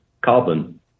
Carbon